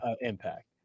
impact